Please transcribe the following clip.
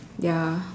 ya